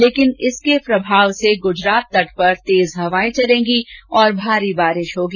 लेकिन इसके प्रभाव से गुजरात तट पर तेज हवाए चलेंगी और भारी बारिश होगी